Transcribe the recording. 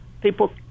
people